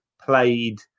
played